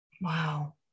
Wow